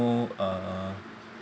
uh